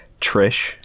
Trish